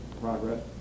progress